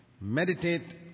Meditate